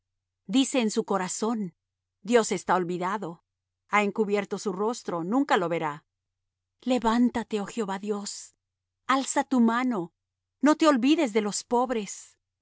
dice en su corazón dios está olvidado ha encubierto su rostro nunca lo verá levántate oh jehová dios alza tu mano no te olvides de los pobres